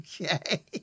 Okay